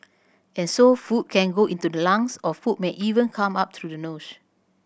and so food can go into the lungs or food may even come up through the nose